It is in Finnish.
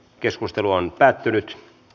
keskustelua ei syntynyt